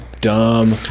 dumb